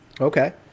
Okay